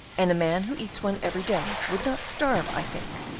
and a man who eats one every day would not starve, i think.